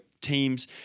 teams